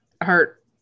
hurt